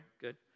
Good